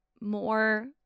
more